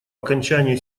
окончании